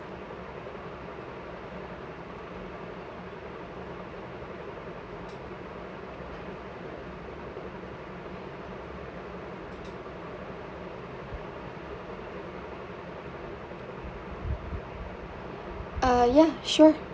uh ya sure